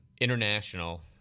international